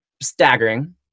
Staggering